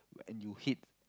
and you hit